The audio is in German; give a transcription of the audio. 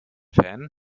fan